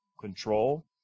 control